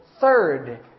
Third